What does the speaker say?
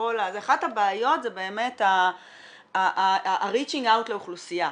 אחת הבעיות זה באמת ה-reaching out לאוכלוסייה,